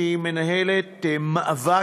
שהיא מנהלת מאבק,